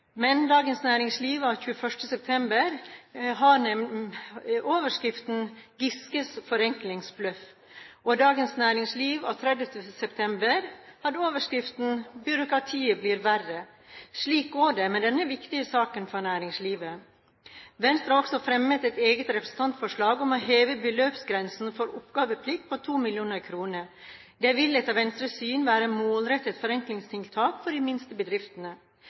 Men Dagens Næringsliv 21. september hadde overskriften «Giskes forenklingsbløff», og Dagens Næringsliv 30. september hadde overskriften «Byråkrati blir verre». Slik går det med denne viktige saken for næringslivet. Venstre har også fremmet et eget representantforslag om å heve beløpsgrensen for oppgaveplikt til 2 mill. kr. Det vil etter Venstres syn være et målrettet forenklingstiltak for de minste bedriftene.